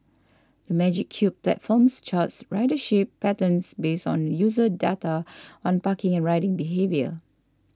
the Magic Cube platforms charts ridership patterns based on user data on parking and riding behaviour